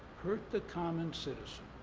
hurt the common citizen.